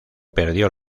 perdió